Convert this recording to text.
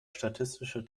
statistische